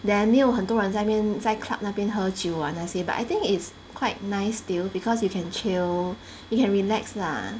then 没有很多人在那边在 club 那边喝酒啊那些 but I think it's quite nice still because you can chill you can relax lah